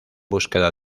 búsqueda